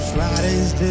Friday's